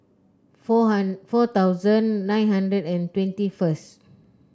four four thousand nine hundred and twenty first